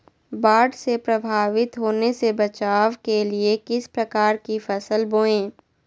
बाढ़ से प्रभावित होने से बचाव के लिए किस प्रकार की फसल बोए?